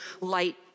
light